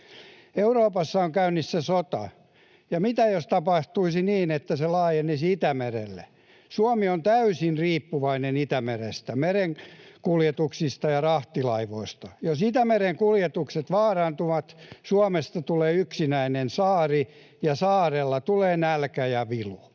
Euroopassa on käynnissä sota, ja mitä jos tapahtuisi niin, että se laajenisi Itämerelle? Suomi on täysin riippuvainen Itämerestä, merikuljetuksista ja rahtilaivoista. Jos Itämeren kuljetukset vaarantuvat, Suomesta tulee yksinäinen saari ja saarella tulee nälkä ja vilu,